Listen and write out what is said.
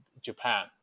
Japan